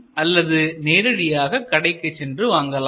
அல்லது நேரடியாக கடைக்குச் சென்று வாங்கலாம்